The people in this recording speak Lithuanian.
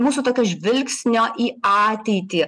mūsų tokio žvilgsnio į ateitį